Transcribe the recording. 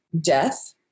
death